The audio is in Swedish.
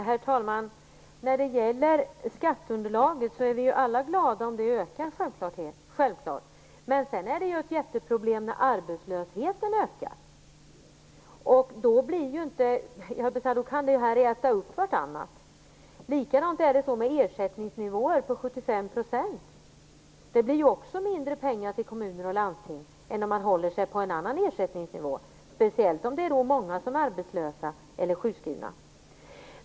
Herr talman! Vi är självfallet alla glada om skatteunderlaget ökar, men det är ett jätteproblem när arbetslösheten ökar. Ökningarna kan äta upp varandra. Likadant är det med ersättningsnivåer på 75 %. Det blir mindre pengar till kommuner och landsting än om man håller sig på en annan ersättningsnivå, speciellt om många är arbetslösa eller sjukskrivna.